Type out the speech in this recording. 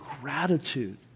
gratitude